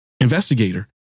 investigator